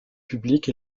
publics